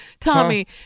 Tommy